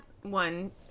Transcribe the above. one